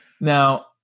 Now